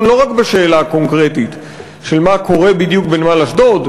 לא רק בשאלה הקונקרטית של מה קורה בדיוק בנמל אשדוד,